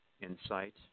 insight